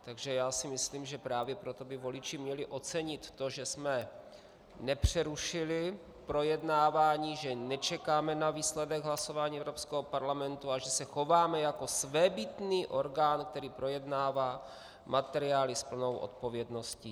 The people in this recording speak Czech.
Takže si myslím, že právě proto by voliči měli ocenit to, že jsme nepřerušili projednávání, že nečekáme na výsledek hlasování Evropského parlamentu a že se chováme jako svébytný orgán, který projednává materiály s plnou odpovědností.